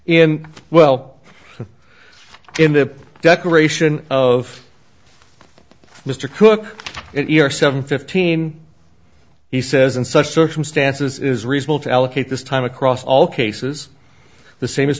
him well in the decoration of mr cook and your seven fifteen he says in such circumstances is reasonable to allocate this time across all cases the same is